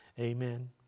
amen